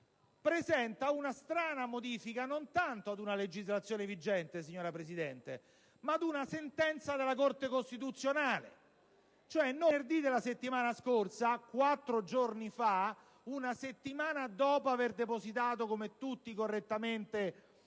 presenta una strana modifica, non tanto alla legislazione vigente, signora Presidente, ma ad una sentenza della Corte costituzionale. Ebbene, venerdì della settimana scorsa, quattro giorni fa, una settimana dopo avere depositato - come tutti - correttamente